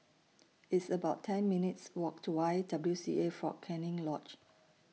It's about ten minutes' Walk to Y W C A Fort Canning Lodge